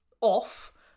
off